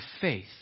faith